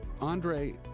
Andre